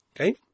Okay